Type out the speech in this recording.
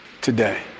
today